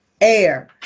air